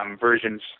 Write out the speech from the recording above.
versions